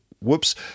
whoops